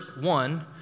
one